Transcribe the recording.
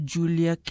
Julia